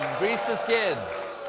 grease the skids.